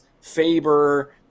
Faber